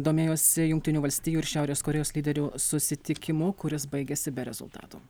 domėjosi jungtinių valstijų ir šiaurės korėjos lyderių susitikimu kuris baigėsi be rezultatų